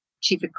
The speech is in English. chief